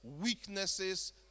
weaknesses